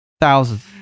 Thousands